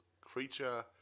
creature